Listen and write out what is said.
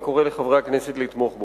אני קורא לחברי הכנסת לתמוך בו.